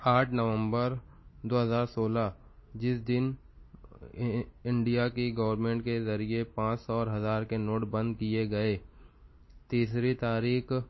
آٹھ نومبر دو ہزار سولہ جس دن انڈیا کی گورنمنٹ کے ذریعے پانچ سو اور ہزار کے نوٹ بند کیے گئے تیسری تاریخ